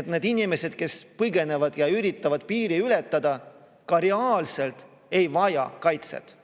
et need inimesed, kes põgenevad ja üritavad piiri ületada, ka reaalselt ei vaja kaitset.